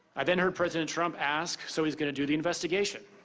i then heard president trump ask, so, he's going to do the investigation?